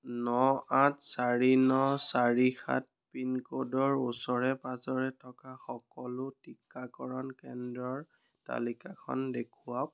ন আঠ চাৰি ন চাৰি সাত পিনক'ডৰ ওচৰে পাঁজৰে থকা সকলো টিকাকৰণ কেন্দ্ৰৰ তালিকাখন দেখুৱাওক